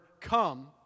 come